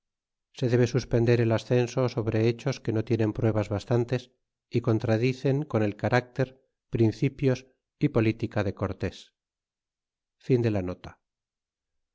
se debe suspender el ascenso sobre hechos que no tienen pruebas bastantes y contradicen con el caracter principios y política de cortés quanto